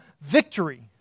victory